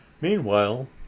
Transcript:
meanwhile